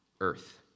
earth